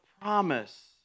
promise